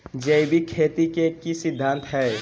जैविक खेती के की सिद्धांत हैय?